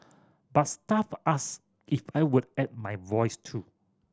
but staff asked if I would add my voice too